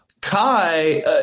kai